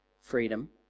freedom